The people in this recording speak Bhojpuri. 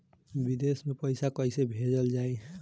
विदेश में पईसा कैसे भेजल जाई?